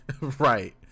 Right